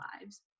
lives